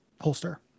holster